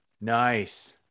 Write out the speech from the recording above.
Nice